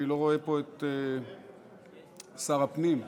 אני לא רואה פה את שר הפנים.